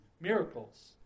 miracles